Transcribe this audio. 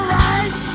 right